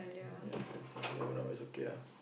ya but now it's okay ah